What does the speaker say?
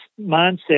mindset